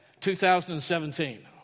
2017